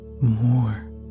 more